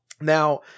now